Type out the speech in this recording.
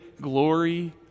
glory